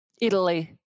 Italy